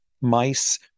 mice